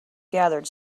gathered